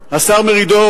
השר מרידור,